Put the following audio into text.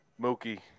Mookie